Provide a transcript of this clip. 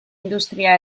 industria